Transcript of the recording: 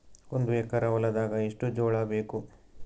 ಒಂದು ಎಕರ ಹೊಲದಾಗ ಎಷ್ಟು ಜೋಳಾಬೇಕು?